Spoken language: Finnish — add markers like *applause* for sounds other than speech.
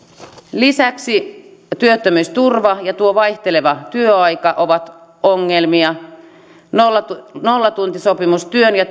lisäksi työttömyysturva ja tuo vaihteleva työaika ovat ongelmia nollatuntisopimustyön ja *unintelligible*